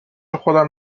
خودم